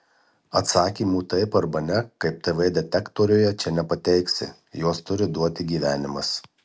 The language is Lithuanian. atsakymų taip arba ne kaip tv detektoriuje čia nepateiksi juos turi duoti gyvenimas